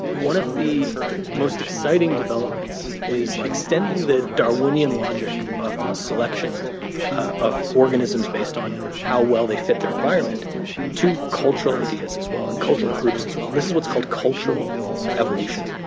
one of the most exciting developments is extending the darwinian logic of selection of organisms based on how well they fit their environment to cultural ideas, as well, and cultural groups, as well. and this is what's called cultural evolution,